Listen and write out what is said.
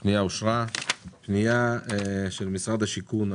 הצבעה הפניה אושרה הפנייה של משרד השיכון,